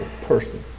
person